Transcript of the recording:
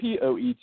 POET